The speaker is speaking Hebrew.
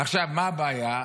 עכשיו, מה הבעיה?